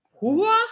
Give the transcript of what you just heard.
whoa